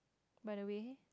by the way